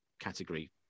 category